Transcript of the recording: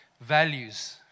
values